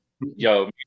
yo